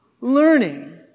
learning